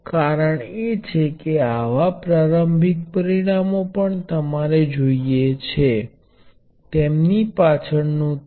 હવે મારે અહીં એક વાતની સાવધાની રાખવી છે કે આની વચ્ચે અને આ બે બેટરી ને સમાંતર કનેક્ટ કરવા વચ્ચે મૂંઝવણ ન કરો તમે હંમેશા કહી શકો કે હું બે બેટરી 1